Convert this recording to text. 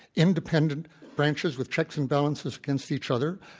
independent branches with checks and balances against each other,